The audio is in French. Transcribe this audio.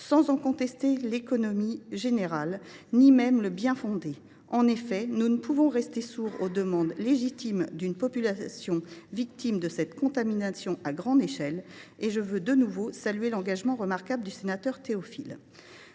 sans en contester l’économie générale, ni même le bien fondé. En effet, nous ne pouvons rester sourds aux demandes légitimes d’une population victime de cette contamination à grande échelle. Encore une fois, je veux saluer l’engagement remarquable de notre collègue Théophile.